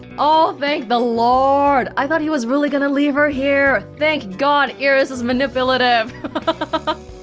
oh, thank the lord, i thought he was really gonna leave her here thank god iris is manipulative but but